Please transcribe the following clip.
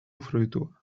fruitua